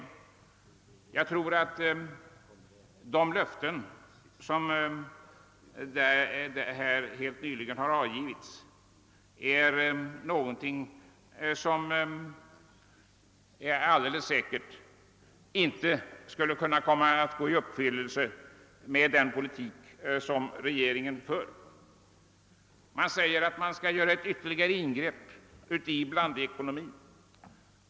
De löften som här helt nyss har avgivits kan inte gå i uppfyllelse med den politik som regeringen för. Man säger att man skall göra ett ytterligare ingrepp i blandekonomin.